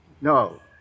No